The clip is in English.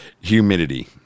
humidity